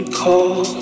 call